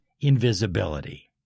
invisibility